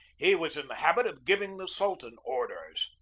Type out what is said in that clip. he was in the habit of giving the sultan orders.